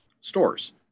stores